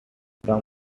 came